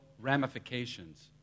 ramifications